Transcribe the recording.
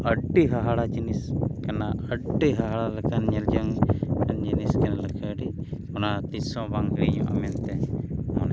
ᱟᱹᱰᱤ ᱦᱟᱦᱟᱲᱟ ᱡᱤᱱᱤᱥ ᱠᱟᱱᱟ ᱟᱹᱰᱤ ᱦᱟᱦᱟᱲᱟ ᱞᱮᱠᱟᱱ ᱧᱮᱞ ᱡᱚᱝ ᱞᱮᱠᱟᱱ ᱡᱤᱱᱤᱥ ᱠᱟᱱ ᱜᱮᱭᱟ ᱟᱹᱰᱤ ᱚᱱᱟ ᱛᱤᱥᱦᱚᱸ ᱵᱟᱝ ᱦᱤᱲᱤᱧᱚᱜᱼᱟ ᱢᱮᱱᱛᱮ ᱢᱚᱱᱮ